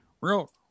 Real